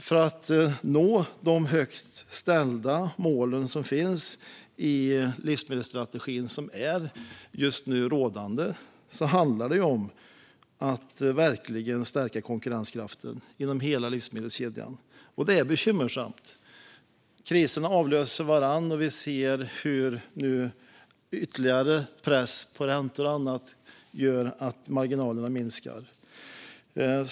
För att nå de högt ställda målen i den livsmedelsstrategi som just nu är rådande handlar det om att verkligen stärka konkurrenskraften genom hela livsmedelskedjan. Och det är bekymmersamt. Kriserna avlöser varandra, och vi ser nu hur ytterligare press på räntor och annat gör hur marginalerna minskar.